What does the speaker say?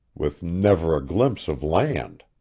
with never a glimpse of land.